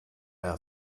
our